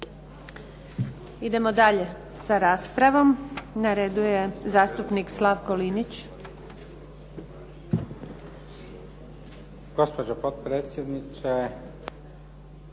Idemo dalje sa raspravom. Na redu je zastupnik Slavko Linić.